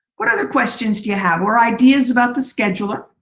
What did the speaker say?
what other questions do you have? or ideas about the scheduler.